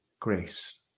Grace